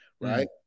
right